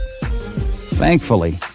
Thankfully